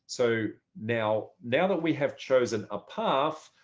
so now now that we have chosen a path,